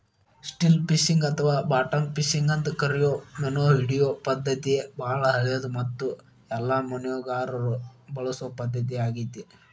still fishing ಅಥವಾ bottom fishing ಅಂತ ಕರಿಯೋ ಮೇನಹಿಡಿಯೋ ಪದ್ಧತಿ ಬಾಳ ಹಳೆದು ಮತ್ತು ಎಲ್ಲ ಮೇನುಗಾರರು ಬಳಸೊ ಪದ್ಧತಿ ಆಗೇತಿ